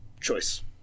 choice